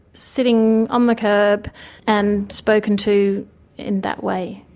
sitting on the curb and spoken to in that way.